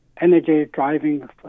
energy-driving